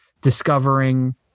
discovering